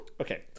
okay